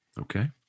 Okay